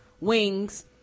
Wings